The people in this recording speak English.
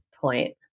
point